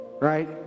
right